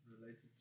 related